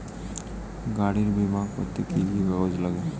গাড়ীর বিমা করতে কি কি কাগজ লাগে?